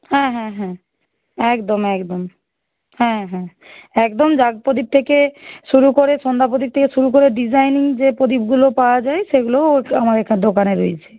হ্যাঁ হ্যাঁ হ্যাঁ একদম একদম হ্যাঁ হ্যাঁ একদম জাগ প্রদীপ থেকে শুরু করে সন্ধ্যা প্রদীপ থেকে শুরু করে ডিজাইনিং যে প্রদীপগুলো পাওয়া যায় সেগুলোও হচ্ছে আমার এখানে দোকানে রয়েছে